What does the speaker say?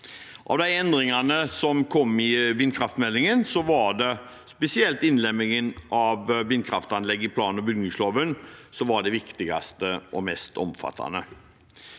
Av de endringene som kom i vindkraftmeldingen, var det spesielt innlemmingen av vindkraftanlegg i plan- og bygningsloven som var det viktigste og mest omfattende.